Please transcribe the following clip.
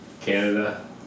Canada